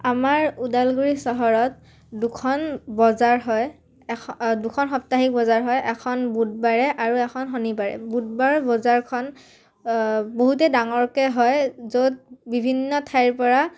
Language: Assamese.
আমাৰ ওদালগুৰি চহৰত দুখন বজাৰ হয় এখ দুখন সাপ্তাহিক বজাৰ হয় এখন বুধবাৰে আৰু এখন শনিবাৰে বুধবাৰৰ বজাৰখন বহুতে ডাঙৰকৈ হয় য'ত বিভিন্ন ঠাইৰ পৰা